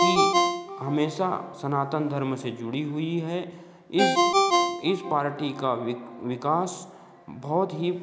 कि हमेशा सनातन धर्म से जुड़ी हुई है इस इस पार्टी का विकास बहुत ही